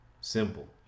Simple